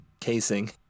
casing